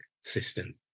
system